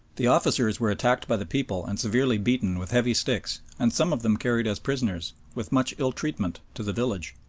the officers were attacked by the people and severely beaten with heavy sticks and some of them carried as prisoners, with much ill-treatment, to the village.